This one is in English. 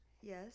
Yes